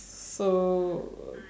so